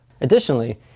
Additionally